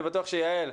אני בטוח שיעל,